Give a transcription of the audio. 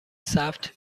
ثبت